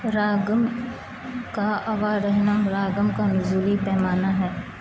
راگم کا اوارہنم راگم کا نزولی پیمانہ ہے